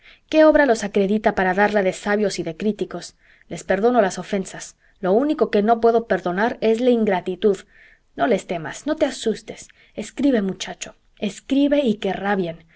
qué obra los acredita para darla de sabios y de críticos les perdono las ofensas lo único que no puedo perdonar es la ingratitud no les temas no te asustes escribe muchacho escribe y que rabien